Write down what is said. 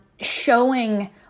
showing